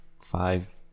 five